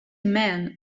man